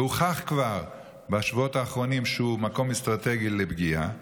והוכח כבר בשבועות האחרונים שהוא מקום אסטרטגי לפגיעה,